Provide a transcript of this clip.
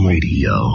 Radio